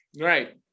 right